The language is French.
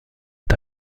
est